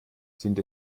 sind